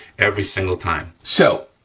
every single time. so,